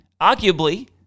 arguably